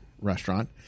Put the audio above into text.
restaurant